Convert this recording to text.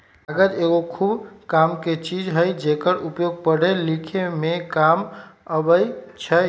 कागज एगो खूब कामके चीज हइ जेकर उपयोग पढ़े लिखे में काम अबइ छइ